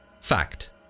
Fact